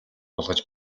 болгож